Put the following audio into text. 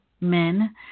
men